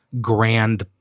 grand